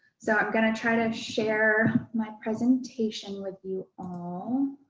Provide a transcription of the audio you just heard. so i'm going to try to share my presentation with you all.